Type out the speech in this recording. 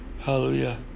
Hallelujah